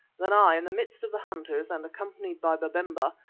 then i in the midst of the hunters and accompanied by babemba,